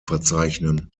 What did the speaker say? verzeichnen